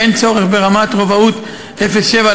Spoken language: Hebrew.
אין צורך ברמת רובאות 07,